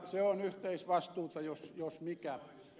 se on yhteisvastuuta jos mikä